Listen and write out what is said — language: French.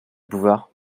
bouvard